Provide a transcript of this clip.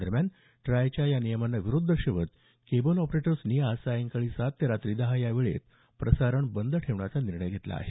दरम्यान ट्रायच्या या नियमांना विरोध दर्शवत केबल ऑपरेटर्सनी आज सायंकाळी सात ते रात्री दहा या वेळेत प्रसारण बंद ठेवण्याचा निर्णय घेतला आहे